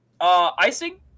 Icing